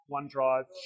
OneDrive